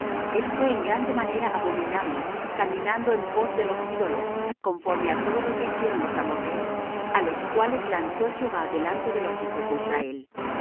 el fué en grande manera abominable caminando en pos de los ídolos conforme á todo lo que hicieron los amorrheos á los cuales lanzó jehová delante de los hijos de israel